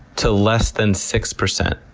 to less than six percent,